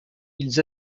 ils